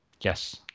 yes